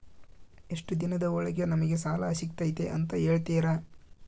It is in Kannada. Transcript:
ಎಷ್ಟು ದಿನದ ಒಳಗೆ ನಮಗೆ ಸಾಲ ಸಿಗ್ತೈತೆ ಅಂತ ಹೇಳ್ತೇರಾ?